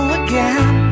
again